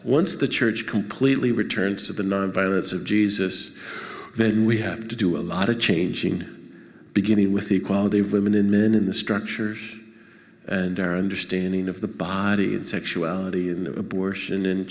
once the church completely returns to the nonviolence of jesus then we have to do a lot of changing beginning with equality of women in men in the structures and our understanding of the body and sexuality and abortion